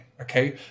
Okay